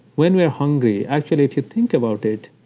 when we're hungry. actually if you think about it,